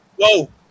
Whoa